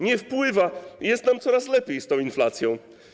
Nie wpływa, jest nam coraz lepiej z inflacją.